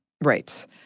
Right